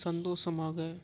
சந்தோஷமாக